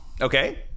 Okay